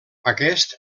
aquest